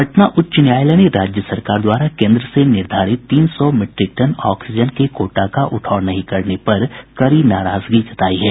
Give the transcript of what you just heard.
पटना उच्च न्यायालय ने राज्य सरकार द्वारा केन्द्र से निर्धारित तीन सौ मिट्रिक टन ऑक्सीजन के कोटा का उठाव नहीं करने पर कड़ी नाराजगी जतायी है